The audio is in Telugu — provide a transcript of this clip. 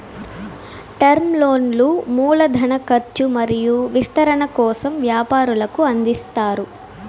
టర్మ్ లోన్లు మూల ధన కర్చు మరియు విస్తరణ కోసం వ్యాపారులకు అందిస్తారు